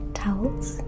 towels